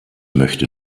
möchte